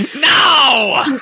No